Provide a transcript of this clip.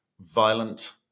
violent